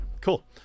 Cool